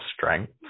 strength